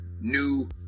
new